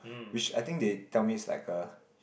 which I think they tell me is like a